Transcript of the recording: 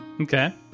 Okay